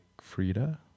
Frida